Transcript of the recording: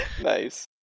Nice